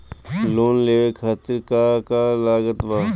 Loan लेवे खातिर का का लागत ब?